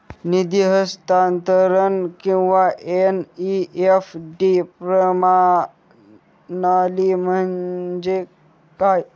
निधी हस्तांतरण किंवा एन.ई.एफ.टी प्रणाली म्हणजे काय?